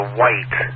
white